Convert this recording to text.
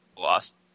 lost